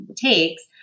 takes